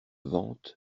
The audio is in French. vente